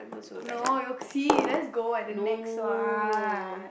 no let's go at the Nex one